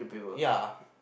ya